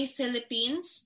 Philippines